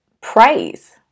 praise